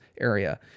area